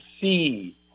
see